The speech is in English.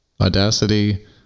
Audacity